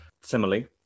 Similarly